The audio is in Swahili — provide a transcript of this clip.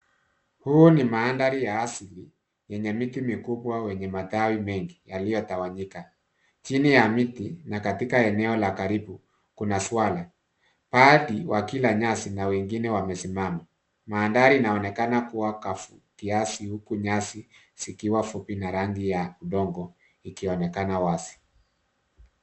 Huu ni mandhari ya asili yenye miti mikubwa wenye matawi mengi yaliyotawanyika. Chini ya miti na katika eneo la karibu kuna swara, baadhi wakila nyasi na wengine wamesimama. Mandhari inaonekana kuwa kavu kiasi huku nyasi zikiwa fupi na rangi ya udongo ikionekana wazi.